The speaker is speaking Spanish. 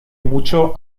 mucho